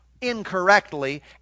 incorrectly